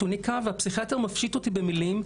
והפסיכיאטר מפשיט אותי במילים,